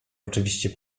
oczywiście